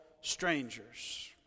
strangers